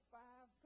five